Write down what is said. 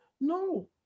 No